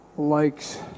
Likes